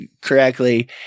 correctly